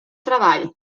treball